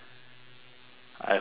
I hope you can